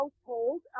household